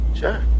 sure